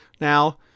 Now